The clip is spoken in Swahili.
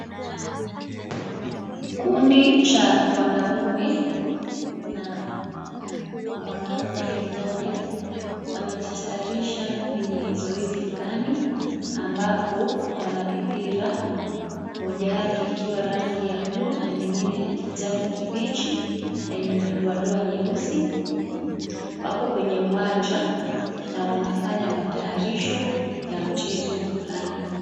kikundi cha wanaume na mwanamke mmoja, wanajitayarisha kwenye zoezi fulani; ambapo wana mipira moja yake ikiwa ya rangi ya buluu na nyingine ya kijani kibichi na yenye madoadoa nyeusi. Wako kwenye uwanja na wanafanya matayarisho ya mchezo fulani.